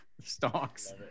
Stocks